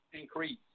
increase